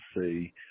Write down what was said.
see